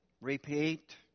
repeat